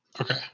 Okay